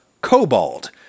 cobalt